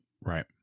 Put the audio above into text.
Right